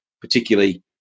particularly